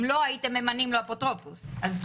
אותך לא מעניין בתור האפוטרופסות הכללית